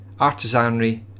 artisanry